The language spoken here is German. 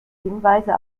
hinweise